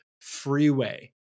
freeway